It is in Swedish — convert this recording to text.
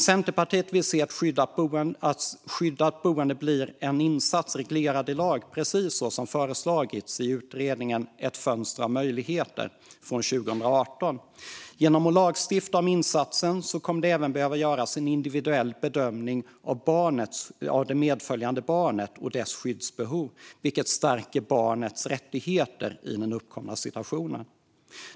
Centerpartiet vill se att skyddat boende blir en insats reglerad i lag, precis så som föreslagits i utredningen Ett fönster av möjligheter från 2018. Genom att det lagstiftas om insatsen kommer det även att behöva göras en individuell bedömning av det medföljande barnet och dess skyddsbehov, vilket stärker barnets rättigheter i den uppkomna situationen.